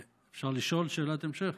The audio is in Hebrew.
אפשר לשאול שאלת המשך?